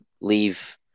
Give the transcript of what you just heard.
leave